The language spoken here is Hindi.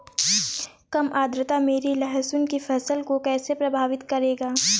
कम आर्द्रता मेरी लहसुन की फसल को कैसे प्रभावित करेगा?